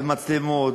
ומצלמות,